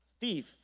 thief